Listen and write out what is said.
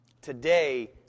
Today